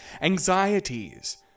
anxieties